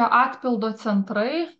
atpildo centrai